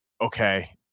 okay